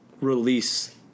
release